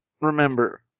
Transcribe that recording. remember